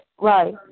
Right